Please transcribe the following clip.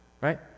right